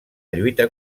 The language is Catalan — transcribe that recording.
lluita